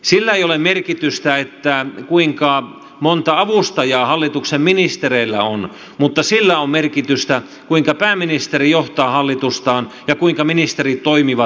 sillä ei ole merkitystä kuinka monta avustajaa hallituksen ministereillä on mutta sillä on merkitystä kuinka pääministeri johtaa hallitustaan ja kuinka ministerit toimivat